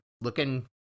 looking